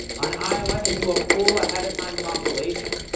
on ios, we do a full ahead of time compilation.